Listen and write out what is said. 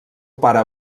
pare